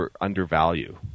undervalue